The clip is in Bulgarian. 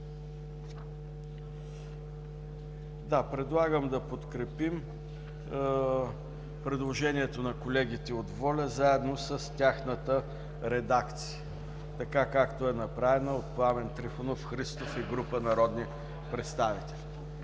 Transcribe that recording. Предлагам да подкрепим предложението на колегите от „Воля“, заедно с тяхната редакция, както е направена от Пламен Трифонов Христов и група народни представители.